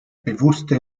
bewusste